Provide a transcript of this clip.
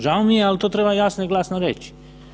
Žao mi je ali to treba jasno i glasno reći.